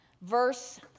verse